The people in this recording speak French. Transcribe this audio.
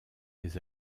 des